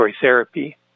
therapy